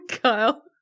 Kyle